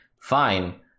fine